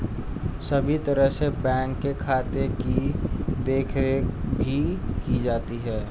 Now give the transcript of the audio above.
सभी तरह से बैंक के खाते की देखरेख भी की जाती है